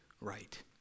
right